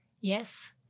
Yes